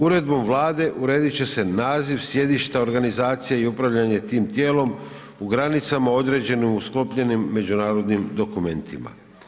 Uredbom Vlade uredit će se naziv, sjedišta organizacija i upravljanje tim tijelom u granicama određenim u sklopljenim međunarodnim dokumentima.